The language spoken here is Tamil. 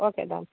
ஓகே டா